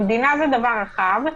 המדינה זה דבר רחב.